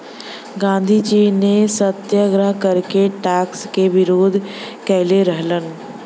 गांधीजी ने सत्याग्रह करके टैक्स क विरोध कइले रहलन